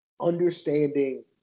understanding